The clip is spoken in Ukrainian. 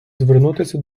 звернутися